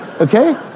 Okay